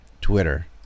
Twitter